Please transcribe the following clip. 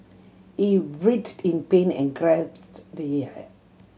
he writhed in pain and gasped the air